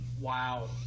Wow